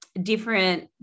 different